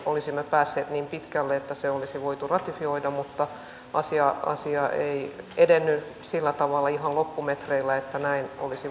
olisimme päässeet niin pitkälle että se olisi voitu ratifioida mutta asia ei edennyt sillä tavalla ihan loppumetreillä että näin olisi